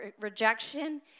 rejection